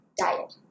diet